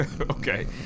Okay